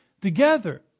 together